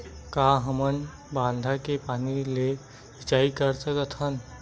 का हमन बांधा के पानी ले सिंचाई कर सकथन?